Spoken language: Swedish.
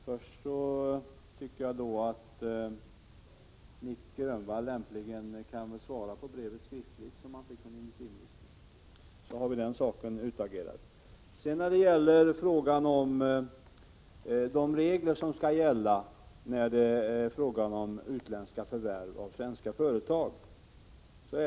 Herr talman! Jag tycker att Nic Grönvall lämpligen kan svara skriftligt på brevet han fick från industriministern, så har vi den saken utagerad. Det är, som Nic Grönvall säger, en lagstiftning som skall gälla när det är fråga om utländska förvärv av svenska företag.